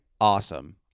Awesome